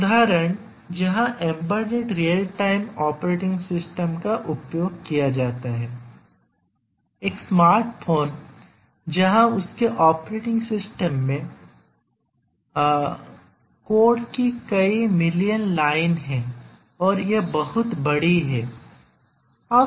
एक उदाहरण जहां embedded real time operating system का उपयोग किया जाता है एक स्मार्ट फोन जहां उसके ऑपरेटिंग सिस्टम में कोड की कई मिलियन लाइनें हैं और यह बहुत बड़ी है